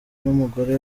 n’umugore